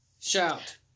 Shout